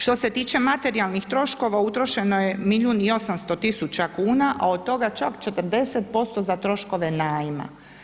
Što se tiče materijalnih troškova, utrošeno je milijun i 800 tisuća kuna a od toga čak 40% za troškove najma.